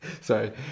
Sorry